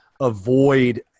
avoid